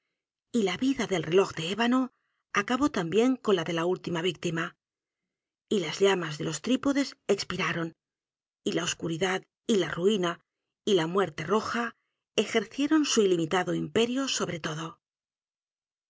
y la vida del reloj de ébano acabó también con la de la última víctima y las llamas de los trípodes expiraron y la oscuridad y la ruina y la muerte roja ejercieron su ilimitado imperio sobre todo